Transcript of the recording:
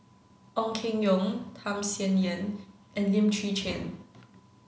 Ong Keng Yong Tham Sien Yen and Lim Chwee Chian